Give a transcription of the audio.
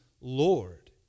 Lord